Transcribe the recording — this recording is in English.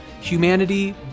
humanity